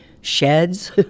sheds